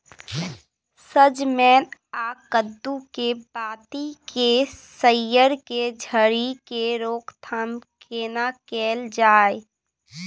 सजमैन आ कद्दू के बाती के सईर के झरि के रोकथाम केना कैल जाय?